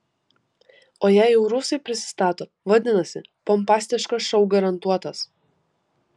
o jei jau rusai prisistato vadinasi pompastiškas šou garantuotas